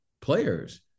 players